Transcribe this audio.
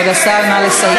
כבוד השר, נא לסיים.